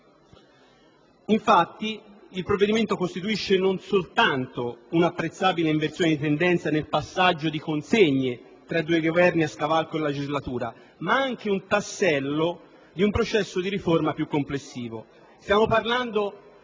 infatti, costituisce non soltanto un'apprezzabile inversione di tendenza nel passaggio di consegne tra due Governi a cavallo della legislatura, ma anche un tassello di un processo di riforma complessivo.